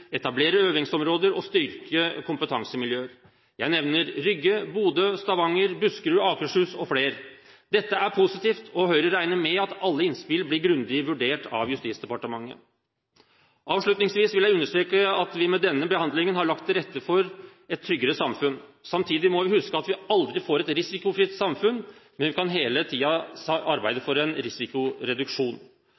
etablere øvingsområder og styrke kompetansemiljøer. Jeg nevner Rygge, Bodø, Stavanger, Buskerud og Akershus. Dette er positivt, og Høyre regner med at alle innspill blir grundig vurdert av Justisdepartementet. Avslutningsvis vil jeg understreke at vi med denne behandlingen har lagt til rette for et tryggere samfunn. Samtidig må vi huske at vi aldri får et risikofritt samfunn, men vi kan hele tiden arbeide